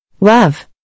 Love